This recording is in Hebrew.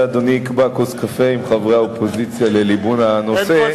שאדוני יקבע כוס קפה עם חברי האופוזיציה לליבון הנושא.